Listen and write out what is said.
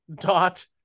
dot